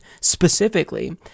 specifically